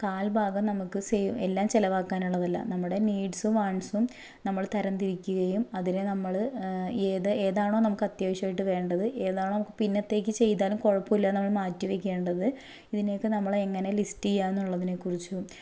കാൽഭാഗം നമുക്ക് സേവ് എല്ലാം ചിലവാക്കാനുള്ളതെല്ലാം നമ്മുടെ നീഡ്സും വണ്ട്സും നമ്മൾ തരം തിരിക്കുകയും അതിനെ നമ്മൾ ഏത് ഏതാണോ നമുക്കത്യാവശ്യമായിട്ട് വേണ്ടത് ഏതാണോ നമുക്ക് പിന്നത്തേക്ക് ചെയ്താലും കുഴപ്പോല്ലാന്ന് നമ്മൾ മാറ്റി വെക്കേണ്ടത് ഇതിനക്കെ നമ്മൾ എങ്ങനെ ലിസ്റ്റ് ചെയ്യാമെന്നുള്ളതിനെക്കുറിച്ചും